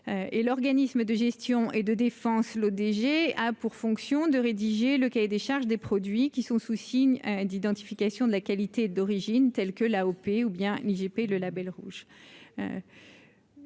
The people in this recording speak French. l'organisme de gestion et de défense, le DG a pour fonction de rédiger le cahier des charges des produits qui sont sous signe d'identification de la qualité d'origine tels que l'AOP, ou bien j'ai pris le Label rouge,